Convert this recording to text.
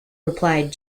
replied